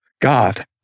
God